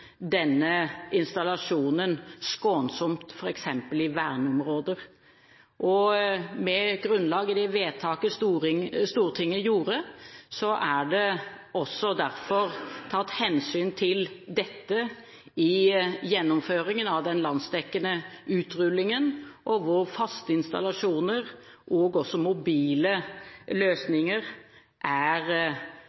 denne installasjonen skånsom f.eks. i verneområder. Med grunnlag i det vedtaket Stortinget gjorde, er det også derfor tatt hensyn til dette i gjennomføringen av den landsdekkende utrullingen, hvor faste installasjoner og også mobile